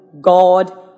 God